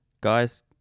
guys